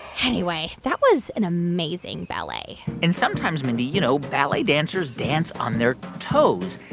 anyway, that was an amazing ballet and, sometimes, mindy, you know, ballet dancers dance on their toes.